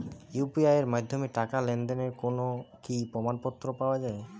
UPI এর মাধ্যমে টাকা লেনদেনের কোন কি প্রমাণপত্র পাওয়া য়ায়?